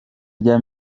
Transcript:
rya